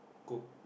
cook